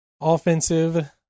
offensive